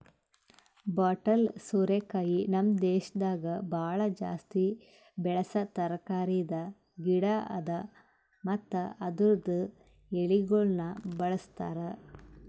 bottle ಸೋರೆಕಾಯಿ ನಮ್ ದೇಶದಾಗ್ ಭಾಳ ಜಾಸ್ತಿ ಬೆಳಸಾ ತರಕಾರಿದ್ ಗಿಡ ಅದಾ ಮತ್ತ ಅದುರ್ದು ಎಳಿಗೊಳನು ಬಳ್ಸತಾರ್